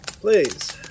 Please